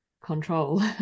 control